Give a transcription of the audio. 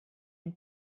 dem